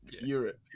Europe